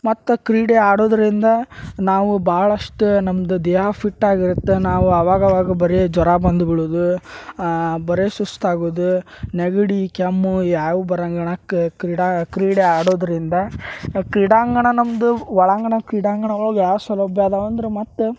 ಮತ್ತು ಕ್ರೀಡೆ ಆಡೋದರಿಂದ ನಾವು ಬಹಳಷ್ಟು ನಮ್ದು ದೇಹ ಫಿಟ್ಟಾಗಿರುತ್ತೆ ನಾವು ಅವಾಗವಾಗ ಬರೇ ಜ್ವರ ಬಂದು ಬೀಳೋದು ಬರೇ ಸುಸ್ತಾಗೋದು ನೆಗಡಿ ಕೆಮ್ಮು ಯಾವು ಹೊರಾಂಗಣಕ್ಕೆ ಕ್ರೀಡಾ ಕ್ರೀಡೆ ಆಡೋದರಿಂದ ಕ್ರೀಡಾಂಗಣ ನಮ್ಮದು ಒಳಾಂಗಣ ಕ್ರೀಡಾಂಗಣದೊಳ್ಗ ಯಾವ ಸೌಲಭ್ಯ ಅದಾವಂದ್ರೆ ಮತ್ತು